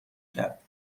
کرد